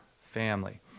family